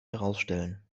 herausstellen